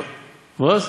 ואָס?